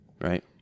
right